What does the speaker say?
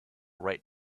write